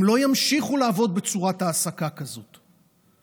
הם לא ימשיכו לעבוד בצורת העסקה כזאת.